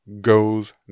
goes